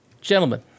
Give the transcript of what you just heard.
gentlemen